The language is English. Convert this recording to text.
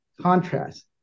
contrast